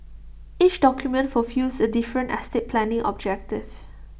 each document fulfils A different estate planning objective